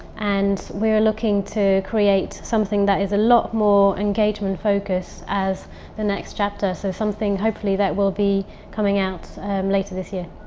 and we're looking to create something that is a lot more engagement-focussed. as the next chapter, so something hopefully that will be coming out later this year.